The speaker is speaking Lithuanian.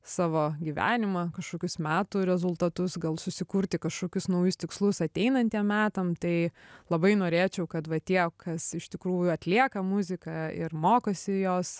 savo gyvenimą kažkokius metų rezultatus gal susikurti kažkokius naujus tikslus ateinantiem metam tai labai norėčiau kad va tie kas iš tikrųjų atlieka muziką ir mokosi jos